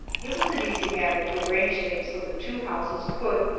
it was an easy matter to arrange things so the two houses could,